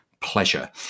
pleasure